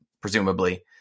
presumably